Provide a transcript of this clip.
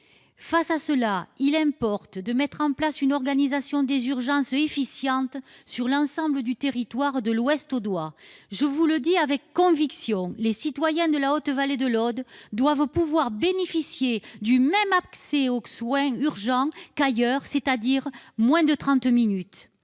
Face à cela, il importe de mettre en place une organisation efficiente des urgences sur l'ensemble du territoire de l'Ouest audois. Je vous le dis avec conviction, les citoyens de la haute vallée de l'Aude doivent pouvoir bénéficier de l'accès aux soins urgents dans les mêmes conditions qu'ailleurs,